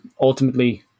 ultimately